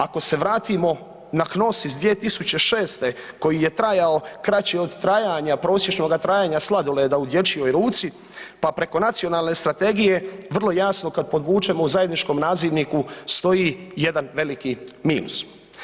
Ako se vratimo na HNOS iz 2006. koji je trajao kraće od trajanja prosječnoga trajanja sladoleda u dječjoj ruci, pa preko Nacionalne strategije, vrlo jasno kad podvučemo u zajedničkom nazivniku stoji jedan veliki minus.